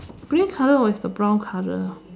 grey color was the brown color